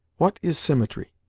what is symmetry?